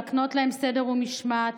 להקנות להם סדר ומשמעת,